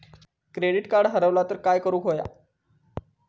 Credit card हरवला तर काय करुक होया?